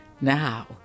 Now